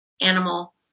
animal